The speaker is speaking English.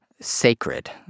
sacred